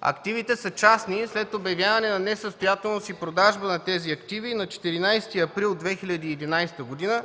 активите са частни и след обявяване на несъстоятелност и продажба на тези активи на 14 април 2011 г.